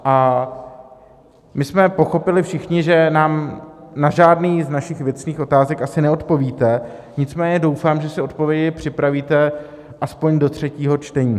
A my jsme pochopili všichni, že nám na žádnou z našich věcných otázek asi neodpovíte, nicméně doufám, že si odpovědi připravíte aspoň do třetího čtení.